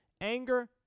Anger